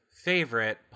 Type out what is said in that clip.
favorite